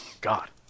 God